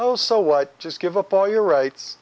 oh so what just give up all your rights